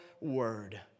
word